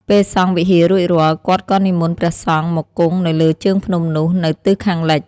ពេលសង់វិហាររួចរាល់ គាត់ក៏និមន្តព្រះសង្ឃមកគង់នៅលើជើងភ្នំនោះនៅទិសខាងលិច។